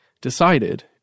decided